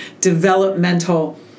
developmental